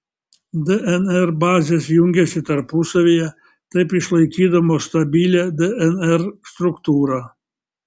dnr bazės jungiasi tarpusavyje taip išlaikydamos stabilią dnr struktūrą